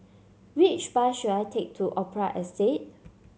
which bus should I take to Opera Estate